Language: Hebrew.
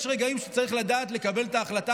יש רגעים שבהם צריך לדעת לקבל את ההחלטה